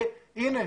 והנה,